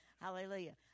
Hallelujah